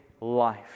life